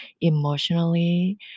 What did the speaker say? emotionally